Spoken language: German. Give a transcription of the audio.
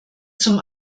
zum